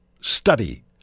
study